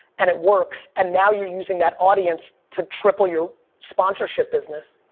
and it works, and now you're using that audience to triple your sponsorship business.